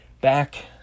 back